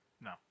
No